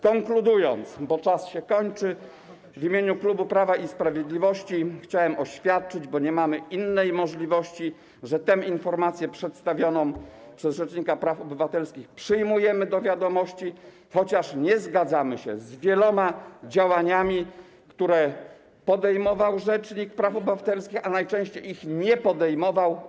Konkludując, bo czas się kończy, w imieniu klubu Prawa i Sprawiedliwości chciałem oświadczyć - bo nie mamy innej możliwości - że informację przedstawioną przez rzecznika praw obywatelskich przyjmujemy do wiadomości, chociaż nie zgadzamy się z wieloma działaniami, które rzecznik praw obywatelskich podejmował, a najczęściej ich nie podejmował.